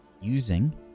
Using